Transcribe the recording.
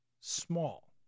small